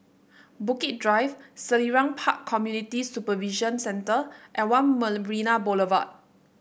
Bukit Drive Selarang Park Community Supervision Centre and One Marina Boulevard